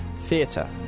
theatre